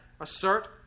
assert